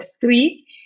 three